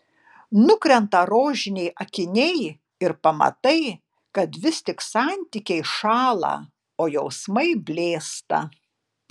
nukrenta rožiniai akiniai ir pamatai kad vis tik santykiai šąla o jausmai blėsta